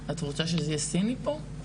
את רוצה שזה יהיה סיני פה?